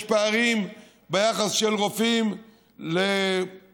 יש פערים ביחס של רופאים לתושבים,